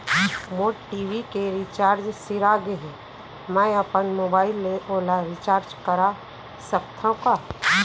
मोर TV के recharge सिरा गे हे, मैं अपन मोबाइल ले ओला रिचार्ज करा सकथव का?